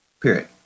Period